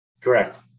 correct